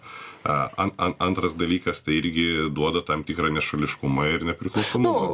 an an antras dalykas tai irgi duoda tam tikrą nešališkumą ir nepriklausomumą